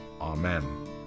Amen